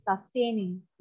sustaining